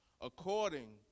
According